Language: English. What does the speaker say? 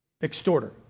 extorter